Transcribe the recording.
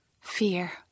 fear